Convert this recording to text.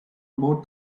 about